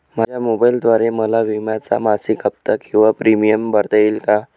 माझ्या मोबाईलद्वारे मला विम्याचा मासिक हफ्ता किंवा प्रीमियम भरता येईल का?